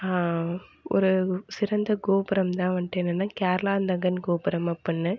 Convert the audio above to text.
ஒரு சிறந்த கோபுரம் தான் வண்ட்டு என்னன்னா கேரளா அந்தகன் கோபுரமாக பண்ண